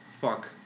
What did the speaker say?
fuck